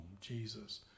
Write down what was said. Jesus